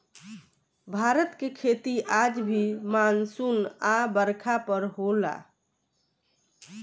भारत के खेती आज भी मानसून आ बरखा पर होला